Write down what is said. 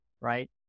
right